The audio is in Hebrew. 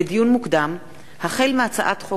לדיון מוקדם: החל בהצעת חוק